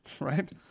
right